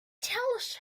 tells